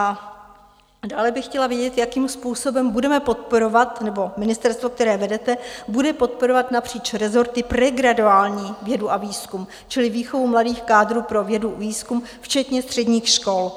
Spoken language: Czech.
A dále bych chtěla vědět, jakým způsobem budeme podporovat, nebo ministerstvo, které vedete, bude podporovat napříč rezorty pregraduální vědu a výzkum čili výchovu mladých kádrů pro vědu a výzkum včetně středních škol?